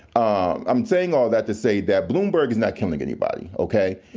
i'm saying all that to say that bloomberg is not killing anybody okay?